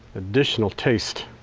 additional taste